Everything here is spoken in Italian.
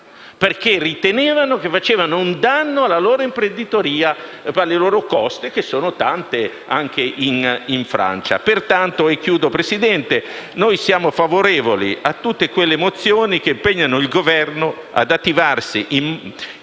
perché ritenevano che facesse un danno alla loro imprenditoria e alle loro coste, che sono molto sviluppate anche in Francia. Pertanto - e concludo, signor Presidente - noi siamo favorevoli a tutte quelle mozioni che impegnano il Governo ad attivarsi in